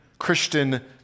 Christian